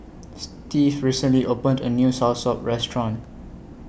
Stevie recently opened A New Soursop Restaurant